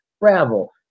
travel